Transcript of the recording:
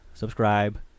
subscribe